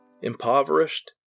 impoverished